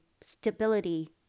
stability